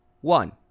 One